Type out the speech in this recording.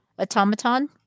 automaton